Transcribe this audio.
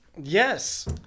Yes